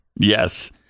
yes